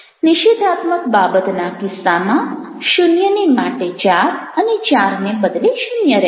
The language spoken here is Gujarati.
નિષેધાત્મક બાબતના કિસ્સામાં 0 ને માટે 4 અને 4 ને બદલે 0 રહેશે